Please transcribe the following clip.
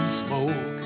smoke